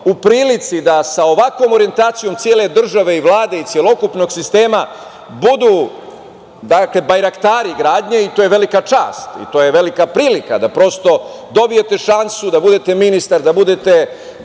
u prilici da sa ovakvom orjentacijom cele države i Vlade i celokupnog sistema budu bajraktari gradnje. To je velika čast i velika prilika da prosto dobijete šansu da budete ministar, da bude